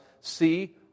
See